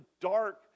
dark